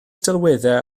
delweddau